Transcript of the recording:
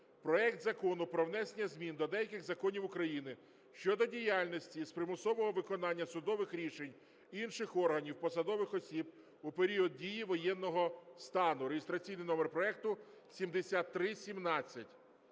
проект Закону про внесення змін до деяких законів України щодо діяльності з примусового виконання судових рішень, рішень інших органів (посадових осіб) у період дії воєнного стану (реєстраційний номер проекту 7317).